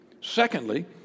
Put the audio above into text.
Secondly